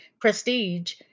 prestige